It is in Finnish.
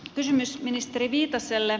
kysymys ministeri viitaselle